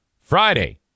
Friday